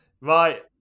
Right